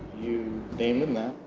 you named him that?